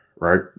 right